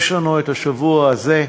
יש לנו את השבוע הזה,